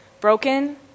broken